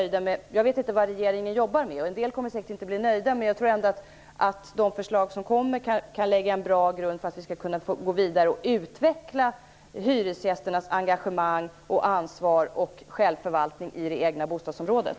Jag vet inte vad regeringen jobbar med - en del kommer säkert inte att bli nöjda med det - men jag tror ändå att de förslag som kommer kan lägga en bra grund för att vi skall kunna gå vidare och utveckla hyresgästernas engagemang, ansvar och självförvaltning i det egna bostadsområdet.